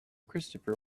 christopher